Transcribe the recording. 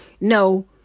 No